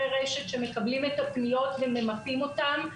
רשת שמקבלים את הפניות וממפים אותם.